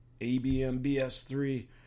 abmbs3